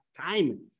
time